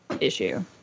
issue